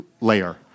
layer